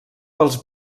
pels